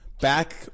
back